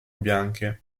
bianche